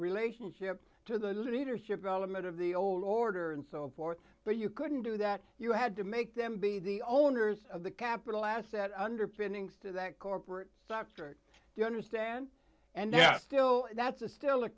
relationship to the leadership development of the old order and so forth but you couldn't do that you had to make them be the owners of the capital asset underpinnings to that corporate structure you understand and yet still that's a still a